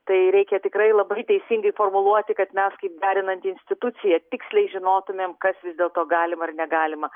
tai reikia tikrai labai teisingai formuluoti kad mes kaip derinanti institucija tiksliai žinotumėm kas vis dėlto galima ir negalima